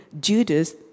Judas